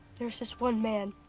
there's there's one man,